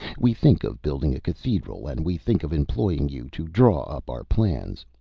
we think of building a cathedral, and we think of employing you to draw up our plans.